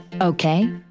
okay